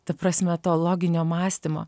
ta prasme to loginio mąstymo